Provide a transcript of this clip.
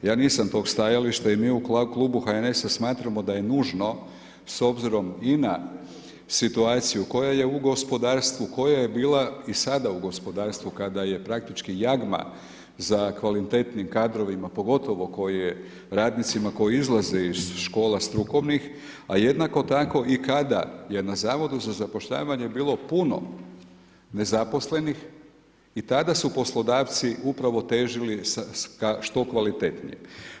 Ja nisam tog stajališta i mi u klubu HNS-a smatramo da je nužno s obzirom i na situaciju koja je u gospodarstvu, koja je bila i sada u gospodarstvu, kada je praktički jagma za kvalitetnijim kadrovima, pogotovo koje, radnicima, koje izlaze iz škola strukovnih, a jednako tako i kada je na Zavodu za zapošljavanje bilo puno nezaposlenih i tada su poslodavci upravo težili što kvalitetnije.